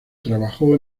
trabajó